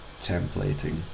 templating